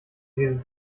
dieses